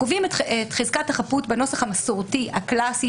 קובעים את חזקת החפות בנוסח המסורתי הקלאסי